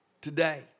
today